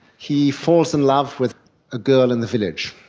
he falls in love with a girl in the village,